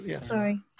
Sorry